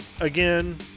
again